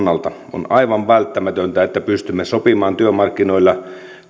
on aivan välttämätöntä että pystymme sopimaan työmarkkinoilla